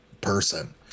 person